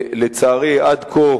לצערי, עד כה